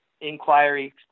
inquiry